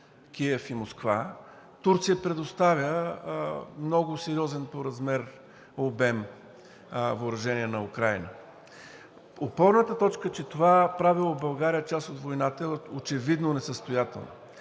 Турция предоставя много сериозен по размер, обем въоръжение на Украйна. Опорната точка, че това правило в България е част от войната е очевидно несъстоятелно.